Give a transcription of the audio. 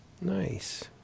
Nice